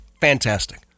Fantastic